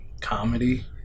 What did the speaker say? comedy